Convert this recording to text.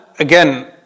again